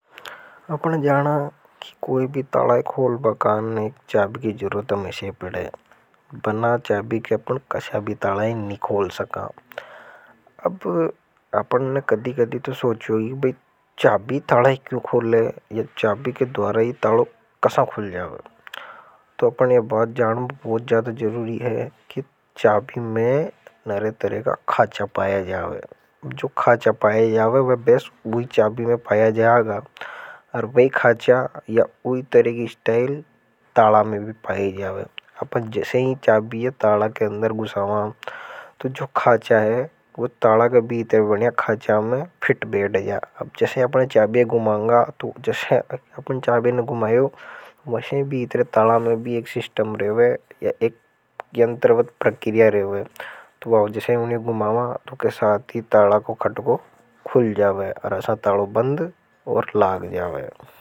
अपने जाना कि कोई भी तालाई खोल बकाने एक चाबी की जरूरत पिड़े। बना चाबी के अपने कशा भी तालाई नहीं खोल सका। अब अपने कदी-कदी तो सोचोई कि चाबी तालाई क्यों खोले। या चाबी के द्वारा ही तालाई कशा खुल जाओ। तो अपने बात जान बहुत ज्यादा जरूरी है कि चाबी में नरे तरह का खाचा पाया जाओगा। जो खाचा पाया जाओगा वह बेस वही चाबी में पाया जाओगा और वही खाचा या। वही तरह की स्टाइल ताला में भी पाया जाओगा अपने जैसे ही चाबी ये ताला के अंदर गुसवा तो जो ख़ाचा हे तला के भीतरे बनिया ख़ाचामें फिट बैठ जाअब जसा ही अपन चाबी गुमांगा। वैसे भीतरे ताला में भी एक सिस्टम रेवेे या एक यंत्रवत प्रक्रिया रहे हुए तो वह जैसे उन्हें गुमावा। तो के साथ ही ताला को खटको खुल जावे और असा तालों बंद और लाग जावे।